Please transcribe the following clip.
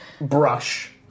brush